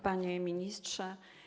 Panie Ministrze!